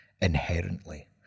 inherently